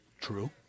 True